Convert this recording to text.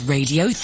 Radio